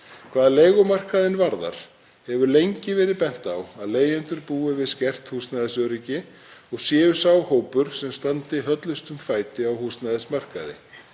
Hvað leigumarkaðinn varðar hefur lengi verið bent á að leigjendur búi við skert húsnæðisöryggi og séu sá hópur sem standi höllustum fæti á húsnæðismarkaði.